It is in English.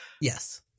Yes